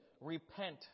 repent